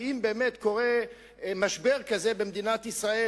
כי אם באמת קורה משבר כזה במדינת ישראל,